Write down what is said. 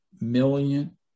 million